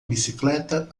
bicicleta